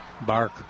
bark